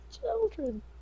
children